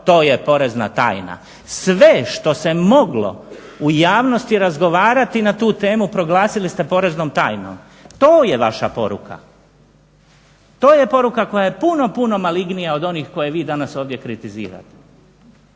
to je porezna tajna? Sve što se moglo u javnosti razgovarati na tu temu proglasili ste poreznom tajnom. To je vaša poruka. To je poruka koja je puno, puno malignija od onih koje vi danas ovdje kritizirate.